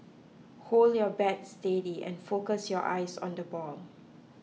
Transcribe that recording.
hold your bat steady and focus your eyes on the ball